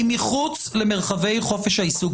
היא מחוץ למרחבי חופש העיסוק.